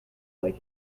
like